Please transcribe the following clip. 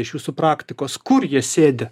iš jūsų praktikos kur jie sėdi